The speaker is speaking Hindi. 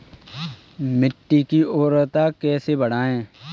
मिट्टी की उर्वरता कैसे बढ़ाएँ?